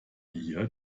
ihr